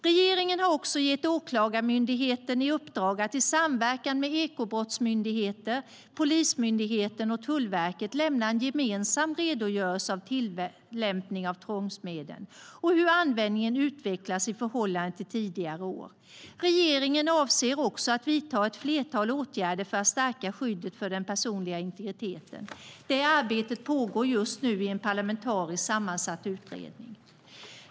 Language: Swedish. Regeringen har också gett Åklagarmyndigheten i uppdrag att i samverkan med Ekobrottsmyndigheten, polismyndigheter och Tullverket lämna en gemensam redogörelse av tillämpningen av tvångsmedel och hur användningen har utvecklats i förhållande till tidigare år. Regeringen avser också att vidta ett flertal åtgärder för att stärka skyddet för den personliga integriteten. Det arbetet pågår just nu i en parlamentariskt sammansatt utredning.